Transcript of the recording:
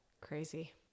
Crazy